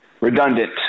redundant